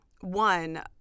one